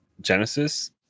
Genesis